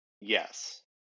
Yes